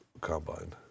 combine